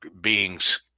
beings